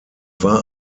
war